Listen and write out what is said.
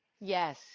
Yes